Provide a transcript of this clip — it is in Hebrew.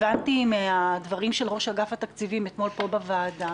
הבנתי מן הדברים של ראש אגף התקציבים אתמול פה בוועדה